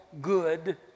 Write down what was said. good